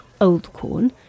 Oldcorn